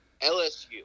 LSU